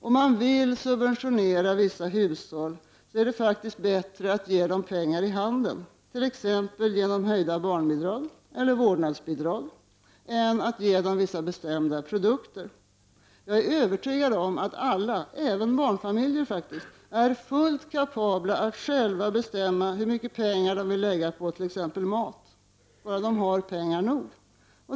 Om man vill subventionera vissa hushåll är det bättre att ge dem pengar i handen, t.ex. genom höjda barnbidrag eller vårdnadsbidrag, än att ge dem vissa bestämda produkter. Jag är övertygad om att alla, även barnfamiljer, är fullt kapabla att själva bestämma hur mycket pengar de vill lägga på t.ex. mat, bara de har pengar nog.